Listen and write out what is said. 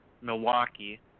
Milwaukee